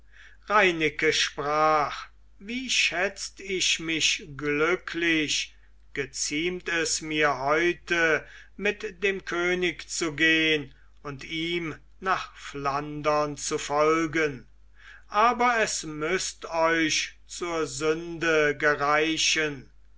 reineke sprach wie schätzt ich mich glücklich geziemt es mir heute mit dem könig zu gehn und ihm nach flandern zu folgen aber es müßt euch zur sünde gereichen